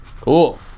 Cool